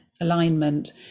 alignment